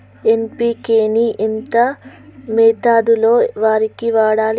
NPK ని ఎంత మోతాదులో వరికి వాడాలి?